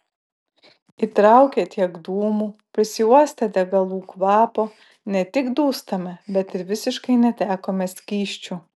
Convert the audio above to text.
įtraukę tiek dūmų prisiuostę degalų kvapo ne tik dūstame bet ir visiškai netekome skysčių